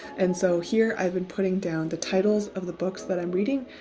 and so here i've been putting down the titles of the books that i'm reading,